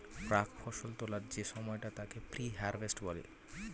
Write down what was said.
প্রাক্ ফসল তোলার যে সময়টা তাকে প্রি হারভেস্ট বলে